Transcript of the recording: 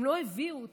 הם לא הביאו אותו.